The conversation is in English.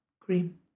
Cream